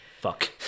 fuck